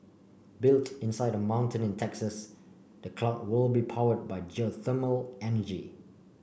built inside a mountain in Texas the clock will be powered by geothermal energy